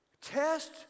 Test